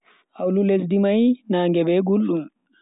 Hawlu lesdi mai naage be guldum.